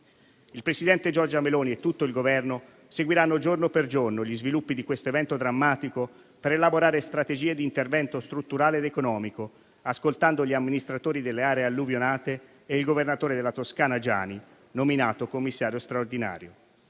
Il presidente Giorgia Meloni e tutto il Governo seguiranno giorno per giorno gli sviluppi di questo evento drammatico per elaborare strategie di intervento strutturale ed economico, ascoltando gli amministratori delle aree alluvionate e il governatore della Toscana Giani, nominato commissario straordinario.